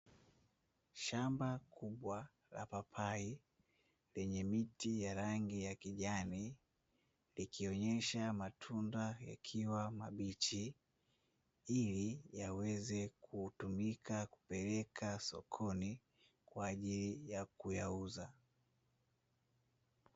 Shamba kubwa la papai, lenye miti ya rangi ya kijani, likionyesha matunda yakiwa mabichi ili yaweze kutumika kupeleka sokoni kwa ajili ya kuyauza.